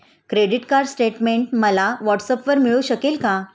Credit card statement मला व्हॉट्सऍपवर मिळू शकेल का?